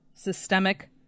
Systemic